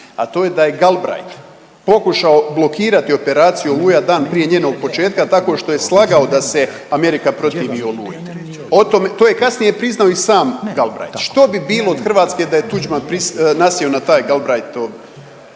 a to je da je Galbraith pokušao blokirati operaciju Oluja dan prije njenog početka tako što je slagao da se Amerika protivi Oluji. O tome, to je kasnije priznao i sam Galbraith. Što bi bilo od Hrvatske da je Tuđman pristao, nasjeo na taj Galbraithov